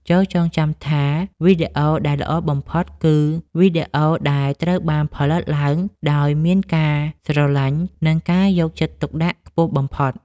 ចូរចងចាំថា វីដេអូដែលល្អបំផុតគឺវីដេអូដែលត្រូវបានផលិតឡើងដោយមានការស្រឡាញ់ និងការយកចិត្តទុកដាក់ខ្ពស់បំផុត។